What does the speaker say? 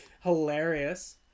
Hilarious